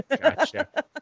gotcha